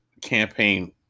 campaign